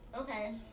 Okay